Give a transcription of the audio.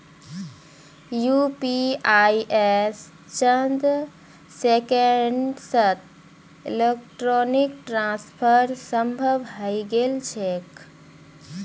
UPI स चंद सेकंड्सत इलेक्ट्रॉनिक ट्रांसफर संभव हई गेल छेक